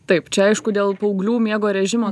taip čia aišku dėl paauglių miego režimo